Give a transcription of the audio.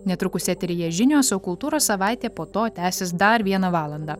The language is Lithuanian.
netrukus eteryje žinios o kultūros savaitė po to tęsis dar vieną valandą